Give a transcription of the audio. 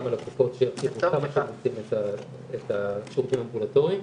הלקוחות שיקבלו את השירותים האמבולטוריים.